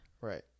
Right